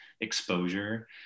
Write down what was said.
exposure